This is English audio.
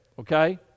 Okay